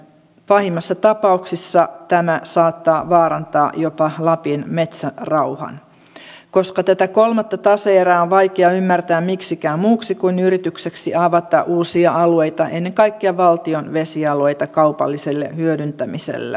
pahimmassa tapauksessa tämä saattaa vaarantaa jopa lapin metsärauhan koska tätä kolmatta tase erää on vaikea ymmärtää miksikään muuksi kuin yritykseksi avata uusia alueita ennen kaikkea valtion vesialueita kaupalliselle hyödyntämiselle